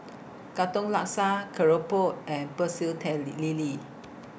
Katong Laksa Keropok and Pecel tail Lee Lele